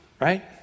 Right